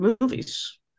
movies